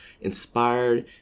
inspired